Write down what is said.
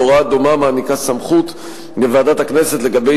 והוראה דומה מעניקה סמכות לוועדת הכנסת לגבי